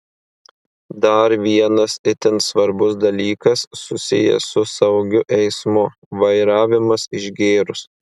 dar vienas itin svarbus dalykas susijęs su saugiu eismu vairavimas išgėrus